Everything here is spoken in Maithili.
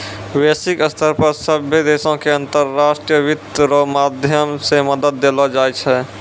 वैश्विक स्तर पर सभ्भे देशो के अन्तर्राष्ट्रीय वित्त रो माध्यम से मदद देलो जाय छै